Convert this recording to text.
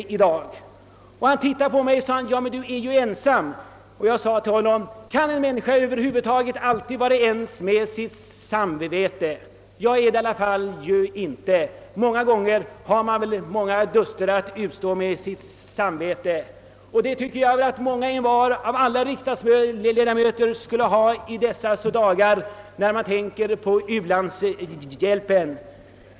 Min kollega tittade på mig och sade: Men du är ju ensam. Jag sade då: Kan en människa alltid vara ense med sitt samvete? Många gånger har man väl duster att utkämpa med sitt samvete och det anser jag att alla riksdagsledamöter borde ha i dessa dagar när de tänker på u-landshjälpen.